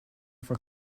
for